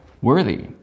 Worthy